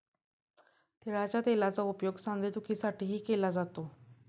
तिळाच्या तेलाचा उपयोग सांधेदुखीसाठीही केला जातो